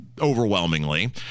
overwhelmingly